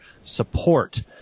support